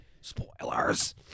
Spoilers